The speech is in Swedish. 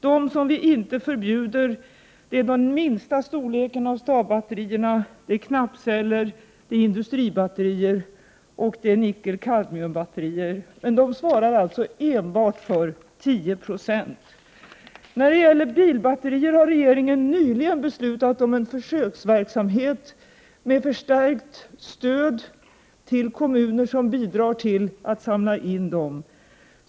De som inte innefattas av detta förbud är den minsta storleken av stavbatterier, knappceller, industribatterier och nickel-kadmiumbatterier, men de svarar alltså för endast 10 96. När det gäller bilbatterier har regeringen nyligen beslutat om en försöksverksamhet med förstärkt stöd till kommuner som bidrar till att samla in dessa.